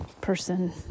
person